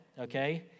okay